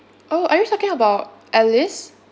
oh are you talking about alice